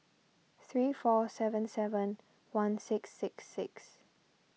three four seven seven one six six six